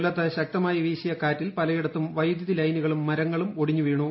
കൊല്ലത്ത് ശക്തമായി വീശിയ കാറ്റിൽ പലയിടത്തും വൈദ്യുതിലൈനുകളും മരങ്ങളും ഒടിഞ്ഞുവീണു